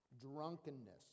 drunkenness